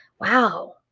wow